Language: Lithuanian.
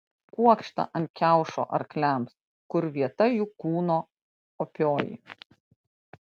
kuokštą ant kiaušo arkliams kur vieta jų kūno opioji